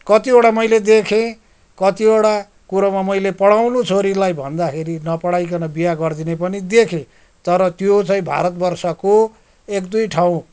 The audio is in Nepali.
कतिवटा मैले देखेँ कतिवटा कुरामा मैले पढाउनु छोरीलाई भन्दाखेरि नपढाइकन बिहा गरिदिने पनि देखेँ तर त्यो चाहिँ भारतवर्षको एकदुई ठाउँ